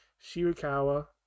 Shirakawa